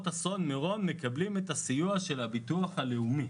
אסון מירון מקבלות את הסיוע של הביטוח הלאומי.